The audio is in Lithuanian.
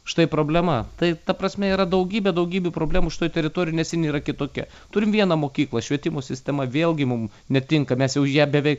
štai problema tai ta prasme yra daugybė daugybių problemų šitoj teritorijoj nes jin yra kitokia turim vieną mokyklą švietimo sistema vėlgi mum netinka mes jau už ją beveik